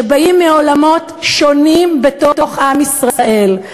שבאים מעולמות שונים בתוך עם ישראל,